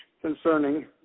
concerning